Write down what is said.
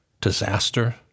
disaster